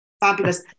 Fabulous